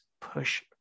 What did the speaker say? push